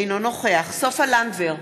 אינו נוכח סופה לנדבר,